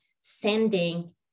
sending